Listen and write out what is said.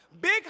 big